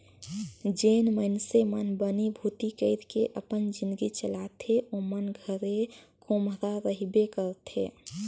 जेन मइनसे मन बनी भूती कइर के अपन जिनगी चलाथे ओमन कर घरे खोम्हरा रहबे करथे